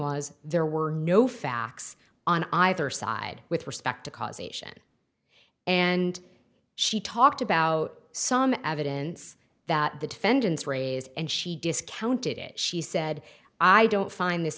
was there were no facts on either side with respect to causation and she talked about some evidence that the defendants raise and she discounted it she said i don't find this